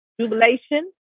jubilation